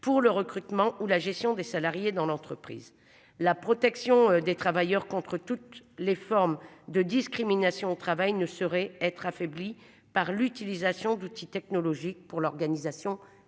pour le recrutement ou la gestion des salariés dans l'entreprise. La protection des travailleurs contre toutes les formes de discrimination au travail ne saurait être affaibli par l'utilisation d'outils technologiques pour l'organisation